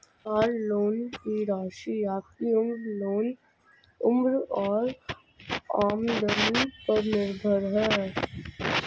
car loan की राशि आपकी उम्र और आमदनी पर निर्भर है